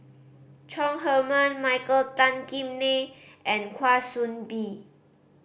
Chong Heman Michael Tan Kim Nei and Kwa Soon Bee